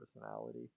personality